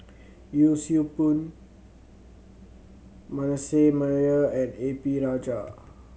Yee Siew Pun Manasseh Meyer and A P Rajah